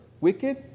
wicked